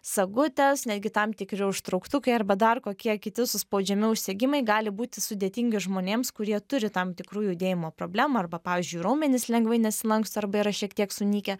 sagutės netgi tam tikri užtrauktukai arba dar kokie kiti suspaudžiami užsegimai gali būti sudėtingi žmonėms kurie turi tam tikrų judėjimo problemų arba pavyzdžiui raumenys lengvai nesilanksto arba yra šiek tiek sunykę